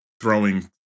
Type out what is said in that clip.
throwing